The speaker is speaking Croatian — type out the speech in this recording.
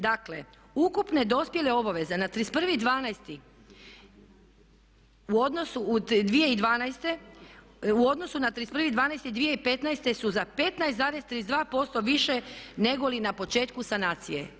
Dakle, ukupne dospjele obaveze na 31.12. u odnosu 2012. u odnosu na 31.12.2015. su za 15,32% više negoli na početku sanacije.